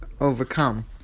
overcome